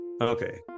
Okay